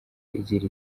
igira